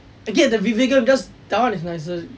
again the விவேகம்:vivegam just that one is nicer